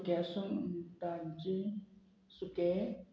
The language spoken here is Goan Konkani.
सुक्या सुंगटाची सुकें